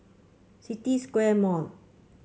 City Square Mall